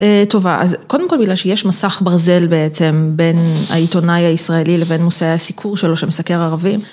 טובה, אז קודם כל מילה שיש מסך ברזל בעצם בין העיתונאי הישראלי לבין מוסעי הסיכור שלו שמסקר ערבים.